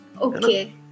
Okay